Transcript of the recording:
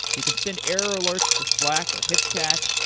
you could send error alerts to slack, or hipchat,